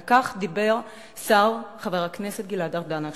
על כך דיבר השר גלעד ארדן עכשיו.